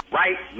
right